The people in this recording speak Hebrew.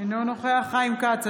אינו נוכח חיים כץ,